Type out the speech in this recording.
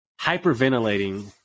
hyperventilating